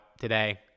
today